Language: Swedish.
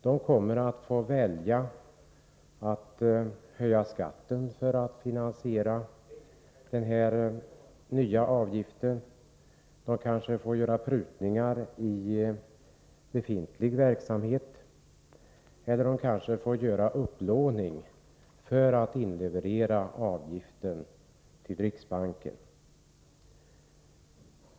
De kommer att få välja mellan att höja skatten för att finansiera den här verksamheten eller att göra prutningar i befintlig verksamhet eller de kanske får låna för att inleverera avgiften till riksbanken.